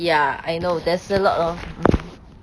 ya I know there is a lot of